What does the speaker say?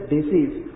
Disease